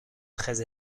très